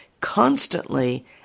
constantly